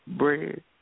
bread